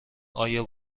آیا